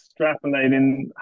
extrapolating